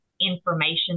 information